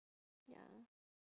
ya